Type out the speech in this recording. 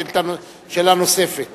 שאלה נוספת.